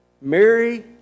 Mary